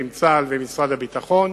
עם צה"ל ועם משרד הביטחון,